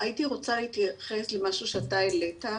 הייתי רוצה להתייחס למשהו שאתה העלית,